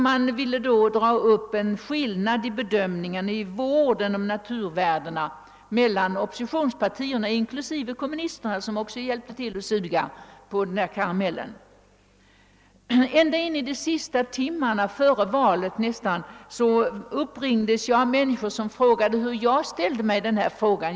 Man ville dra upp en skiljelinje i fråga om bedömningen av vården om naturvärdena mellan oppositionspartierna, inklusive kommunisterna som också hjälpte till att suga på den där karamellen, och regeringen. Nära nog intill de sista timmarna före valet uppringdes jag av människor som frågade hur jag ställde mig i den här frågan.